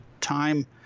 time